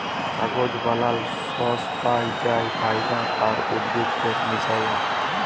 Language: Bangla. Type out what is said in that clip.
কাগজ বালালর সর্স পাই যাই ফাইবার আর উদ্ভিদের মিশায়া